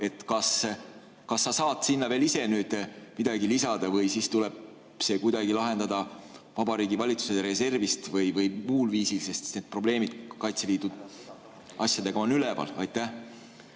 Kas sa saad sinna veel ise midagi lisada või siis tuleb see kuidagi lahendada Vabariigi Valitsuse reservist või muul viisil, sest need probleemid Kaitseliidu asjadega on üleval? Austatud